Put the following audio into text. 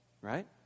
Right